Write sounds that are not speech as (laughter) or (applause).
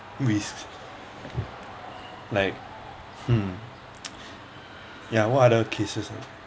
risks like hmm (noise) ya what other cases